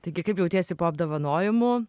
taigi kaip jautiesi po apdovanojimų